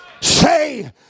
say